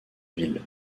ville